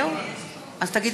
נגד